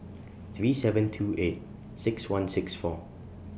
three seven two eight six one six four